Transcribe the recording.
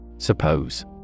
Suppose